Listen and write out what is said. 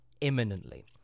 imminently